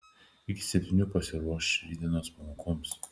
iki septynių pasiruoš rytdienos pamokoms